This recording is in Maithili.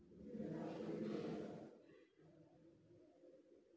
सूप के उपयोग चीन आ यूरोप मे सेहो होइ छै